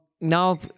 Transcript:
now